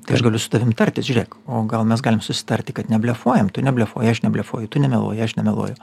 tai aš galiu su tavim tartis žiūrėk o gal mes galim susitarti kad neblefuojam tu neblefuoji aš neblefuoju tu nemeluoji aš nemeluoju